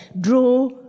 draw